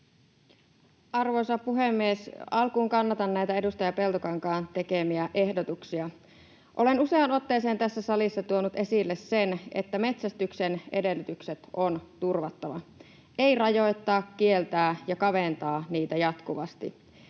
Arvoisa puhemies! Alkuun kannatan näitä edustaja Peltokankaan tekemiä ehdotuksia. Olen useaan otteeseen tässä salissa tuonut esille sen, että metsästyksen edellytykset on turvattava — ei rajoittaa, kieltää ja kaventaa niitä jatkuvasti.